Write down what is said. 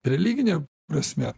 religine prasme